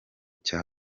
cya